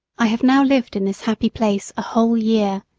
i have now lived in this happy place a whole year.